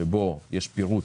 שבו יש פירוט